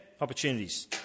opportunities